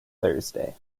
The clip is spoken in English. thursday